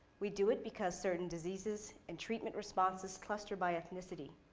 we do it because certain diseases and treatment responses cluster by ethnicity.